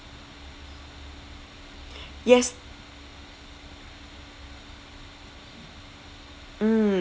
yes mm